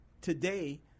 today